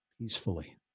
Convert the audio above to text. peacefully